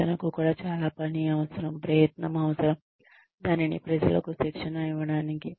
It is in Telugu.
శిక్షణకు కూడా చాలా పని అవసరం ప్రయత్నం అవసరం దానిని ప్రజలకు శిక్షణ ఇవ్వడానికి